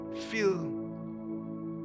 feel